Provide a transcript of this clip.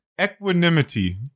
Equanimity